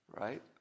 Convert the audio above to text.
right